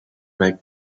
make